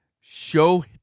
Show